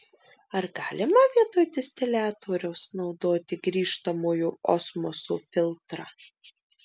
ar galima vietoj distiliatoriaus naudoti grįžtamojo osmoso filtrą